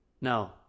No